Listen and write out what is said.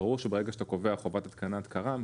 זה ברור שברגע שאתה קובע חובת התקנת הקראה,